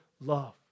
love